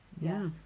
yes